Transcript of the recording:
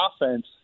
offense